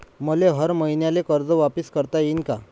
मले हर मईन्याले कर्ज वापिस करता येईन का?